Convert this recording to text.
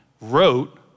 wrote